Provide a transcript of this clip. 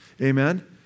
Amen